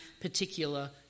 particular